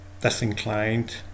disinclined